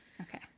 Okay